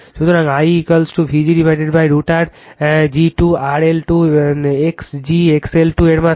সুতরাং IVg√R g 2 RL 2 x g XL 2 এর মাত্রা